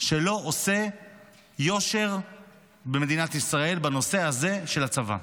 שלא עושה יושר במדינת ישראל בנושא הזה של הצבא.